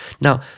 Now